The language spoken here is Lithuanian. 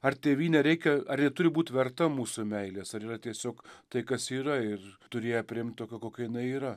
ar tėvynę reikia ar ji turi būt verta mūsų meilės ar yra tiesiog tai kas ji yra ir turi ją priimt tokią kokia jinai yra